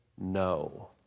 no